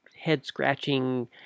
head-scratching